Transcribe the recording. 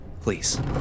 Please